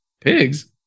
pigs